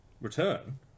Return